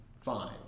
fine